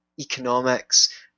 economics